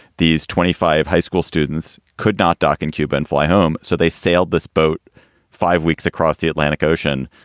these twenty five high school students could not dock in cuba and fly home. so they sailed this boat five weeks across the atlantic ocean,